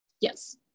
Yes